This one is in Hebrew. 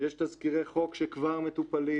יש תזכירי חוק שכבר מטופלים.